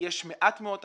יש מעט מאוד תחנות,